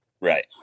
Right